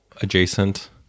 adjacent